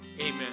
amen